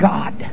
God